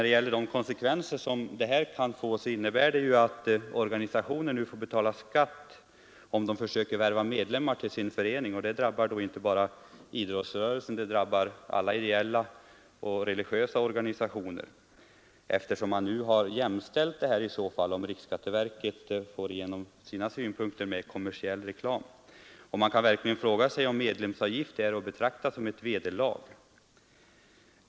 Det kan ha sådana konsekvenser att organisationerna får betala skatt om de försöker värva medlemmar till sin förening, och det drabbar då inte bara idrottsrörelsen utan också alla ideella och religiösa organisationer. Om riksskatteverket får igenom sina synpunkter jämställs 5 dessa folders med kommersiell reklam. Man kan verkligen fråga sig om medlemsavgift är att betrakta som ett vederlag.